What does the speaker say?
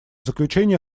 заключение